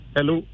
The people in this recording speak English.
Hello